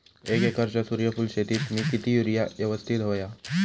एक एकरच्या सूर्यफुल शेतीत मी किती युरिया यवस्तित व्हयो?